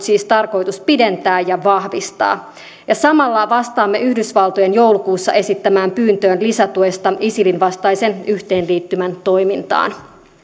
siis tarkoitus pidentää ja vahvistaa samalla vastaamme yhdysvaltojen joulukuussa esittämään pyyntöön lisätuesta isilin vastaisen yhteenliittymän toimintaan